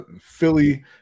Philly